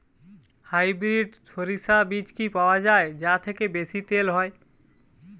Hybrid শরিষা বীজ কি পাওয়া য়ায় যা থেকে বেশি তেল হয়?